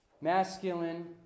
masculine